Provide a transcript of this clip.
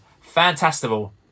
fantastical